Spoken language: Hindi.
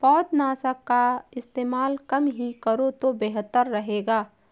पौधनाशक का इस्तेमाल कम ही करो तो बेहतर रहेगा